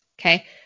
okay